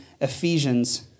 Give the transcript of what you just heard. Ephesians